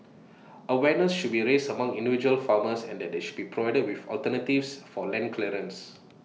awareness should be raised among individual farmers and that they should be provided with alternatives for land clearance